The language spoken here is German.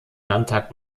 landtag